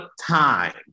time